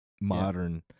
modern